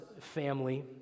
family